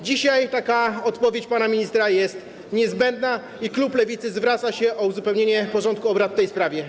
Dzisiaj taka odpowiedź pana ministra jest niezbędna i klub Lewicy zwraca się z prośbą o uzupełnienie porządku obrad o tę sprawę.